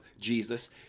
Jesus